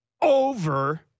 over